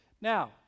now